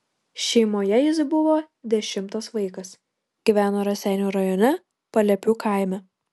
šeimoje jis buvo dešimtas vaikas gyveno raseinių rajone paliepių kaime